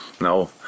no